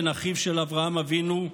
בן אחיו של אברהם אבינו,